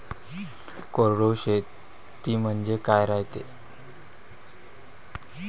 कोरडवाहू शेती म्हनजे का रायते?